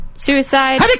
Suicide